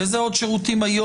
אבל איזה עוד שירותים היום,